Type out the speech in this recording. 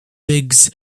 briggs